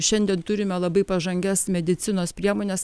šiandien turime labai pažangias medicinos priemones